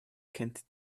kennt